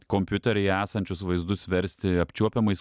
kompiuteryje esančius vaizdus versti apčiuopiamais